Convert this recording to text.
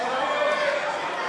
פיתוח אחרות,